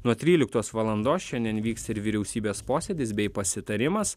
nuo tryliktos valandos šiandien vyks ir vyriausybės posėdis bei pasitarimas